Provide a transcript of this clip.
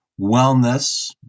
wellness